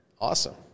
awesome